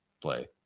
play